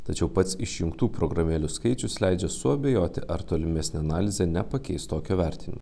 tačiau pats išjungtų programėlių skaičius leidžia suabejoti ar tolimesnė analizė nepakeis tokio vertinimo